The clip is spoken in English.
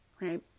Right